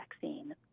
vaccine